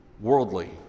Worldly